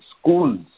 schools